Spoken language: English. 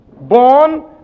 Born